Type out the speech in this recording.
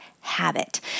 habit